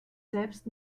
selbst